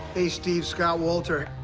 hey, steve. scott wolter.